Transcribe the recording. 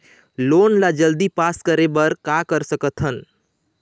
Loan ला जल्दी pass करे बर का कर सकथन?